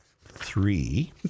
three